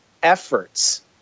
Efforts